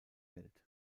welt